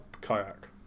kayak